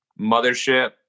mothership